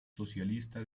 socialista